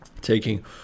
taking